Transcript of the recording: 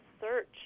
search